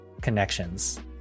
connections